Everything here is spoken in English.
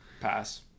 Pass